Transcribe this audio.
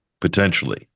potentially